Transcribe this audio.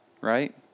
right